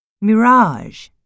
Mirage